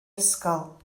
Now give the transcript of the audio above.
ysgol